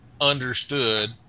understood